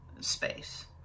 space